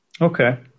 Okay